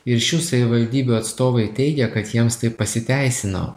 ir šių savivaldybių atstovai teigia kad jiems tai pasiteisino